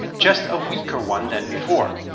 just a weaker one than before.